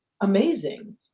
amazing